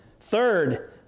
Third